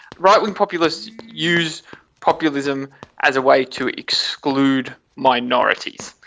right-wing populists use populism as a way to exclude minorities.